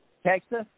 Texas